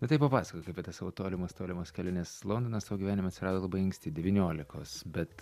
nu tai papasakok apie tas savo tolimas tolimas keliones londonas tavo gyvenime atsirado labai anksti devyniolikos bet